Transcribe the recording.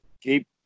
keep